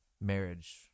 marriage